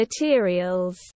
materials